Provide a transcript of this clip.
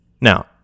Now